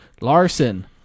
Larson